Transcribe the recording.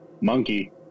monkey